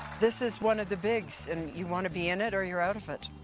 this is one of the bigs and you wanna be in it or you're out of it.